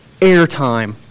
airtime